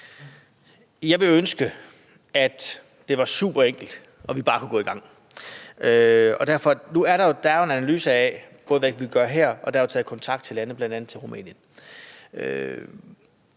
Jeg ville ønske, at det var super enkelt, og at vi bare kunne gå i gang. Der er jo en analyse af, hvad vi kan gøre her, og der er taget kontakt til andre lande, bl.a. til Rumænien.